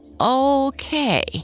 Okay